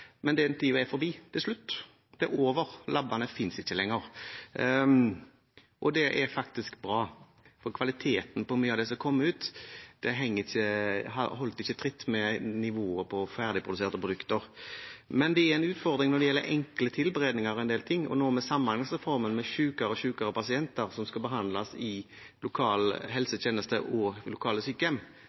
er forbi – det er slutt. Det er over – lab-ene finnes ikke lenger, og det er faktisk bra. Kvaliteten på mye av det som kom ut, holdt ikke tritt med nivået på ferdigproduserte produkter. Men det er en utfordring når det gjelder enkle tilberedninger av en del ting. Og nå med Samhandlingsreformen med sykere og sykere pasienter som skal behandles i lokal helsetjeneste og lokale sykehjem,